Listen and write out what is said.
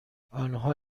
آنها